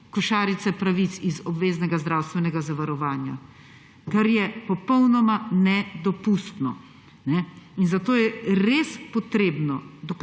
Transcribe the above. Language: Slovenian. košarice pravic iz obveznega zdravstvenega zavarovanja, kar je popolnoma nedopustno. In zato je res treba